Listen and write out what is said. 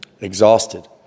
exhausted